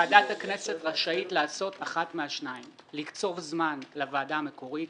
הכנסת רשאית לעשות אחת משניים - לקצוב זמן לוועדה המקורית,